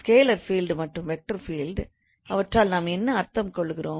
scalar field மற்றும் vector field அவற்றால் நாம் என்ன அர்த்தம் கொள்ளுகிறோம்